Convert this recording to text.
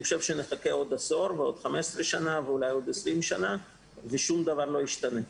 נחכה עוד עשור ועוד 15 שנה ואולי עוד יותר ושום דבר לא ישתנה.